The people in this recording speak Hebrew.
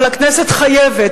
אבל הכנסת חייבת,